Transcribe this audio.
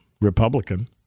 Republican